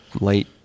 late